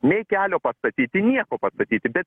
nei kelio pastatyti nieko pastatyti bet